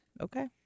Okay